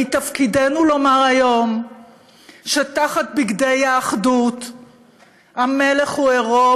מתפקידנו לומר היום שתחת בגדי האחדות המלך הוא עירום.